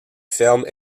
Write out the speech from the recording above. fermes